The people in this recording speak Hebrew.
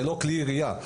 זה לא כלי ירייה.